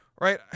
right